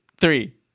three